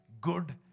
good